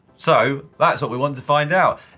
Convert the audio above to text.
so that's what we wanted to find out.